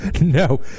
No